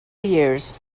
years